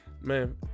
Man